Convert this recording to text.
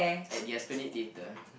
at the Esplanade-Theatre